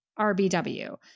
RBW